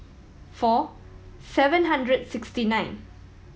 four seven hundred and sixty nine